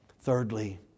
Thirdly